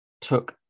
took